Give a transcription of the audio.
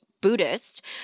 Buddhist